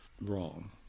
Wrong